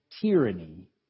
tyranny